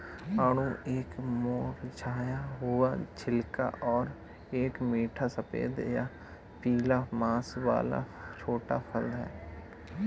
आड़ू एक मुरझाया हुआ छिलका और एक मीठा सफेद या पीला मांस वाला छोटा फल है